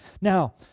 Now